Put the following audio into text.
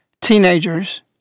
teenagers